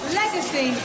legacy